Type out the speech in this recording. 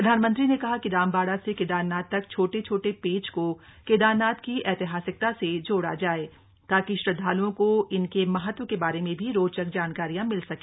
प्रधानमंत्री ने कहा कि रामबाड़ा से केदारनाथ तक छोटे छोटे पेच को केदारनाथ की ऐतिहासिकता से जोड़ा जाय ताकि श्रदधालुओं को इनके महत्व के बारे में भी रोचक जानकारियां मिल सके